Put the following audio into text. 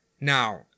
now